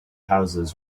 houses